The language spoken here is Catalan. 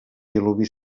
diluvi